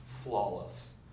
flawless